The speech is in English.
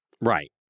right